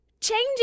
changing